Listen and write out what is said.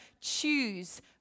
choose